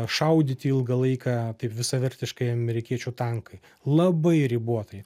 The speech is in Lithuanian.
šaudyti ilgą laiką taip visavertiškai amerikiečių tankai labai ribotai